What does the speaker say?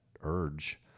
urge